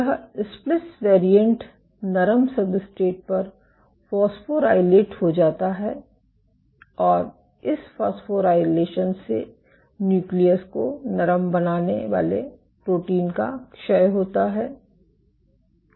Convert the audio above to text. यह splice variant नरम substrate पर फॉस्फोराइलेट हो जाता है और इस फॉस्फोराइलेशन से न्यूक्लियस को नरम बनाने वाले प्रोटीन का क्षय होता है